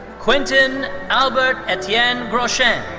quentin albert etienne groshens.